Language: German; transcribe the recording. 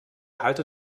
halter